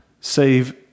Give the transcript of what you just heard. save